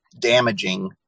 damaging